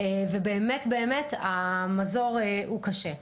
באמת המזור הוא קשה.